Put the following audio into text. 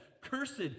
Cursed